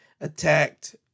attacked